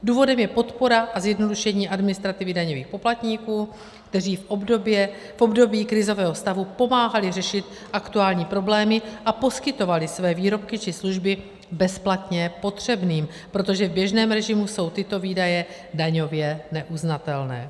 Důvodem je podpora a zjednodušení administrativy daňových poplatníků, kteří v období krizového stavu pomáhali řešit aktuální problémy a poskytovali své výrobky či služby bezplatně potřebným, protože v běžném režimu jsou tyto výdaje daňově neuznatelné.